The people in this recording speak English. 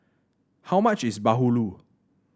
how much is bahulu